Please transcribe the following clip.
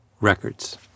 records